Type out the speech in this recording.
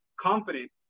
confident